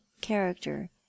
character